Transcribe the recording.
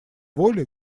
воли